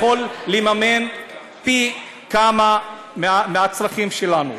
שיכול לממן פי כמה מהצרכים שלנו.